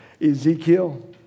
Ezekiel